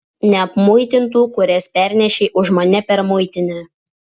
neapmuitintų kurias pernešei už mane per muitinę